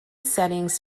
settings